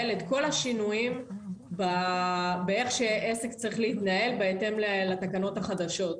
את כל השינויים בשאלה איך עסק צריך להתנהל בהתאם לתקנות החדשות.